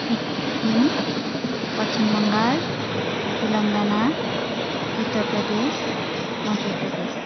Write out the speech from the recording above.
Sikkim Paschim Bangal Telangana Uttar Pradesh Madhya Pradesh